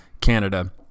Canada